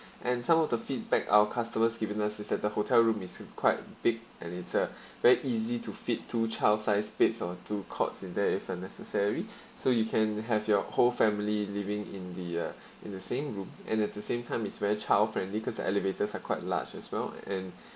and some of the feedback our customers given us is that the hotel room is quite big and it's uh very easy to fit two child size beds or two cots in there if uh necessary so you can have your whole family living in the uh in the same room and at the same time it's very child friendly cause the elevators are quite large as well and